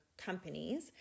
companies